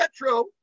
Metro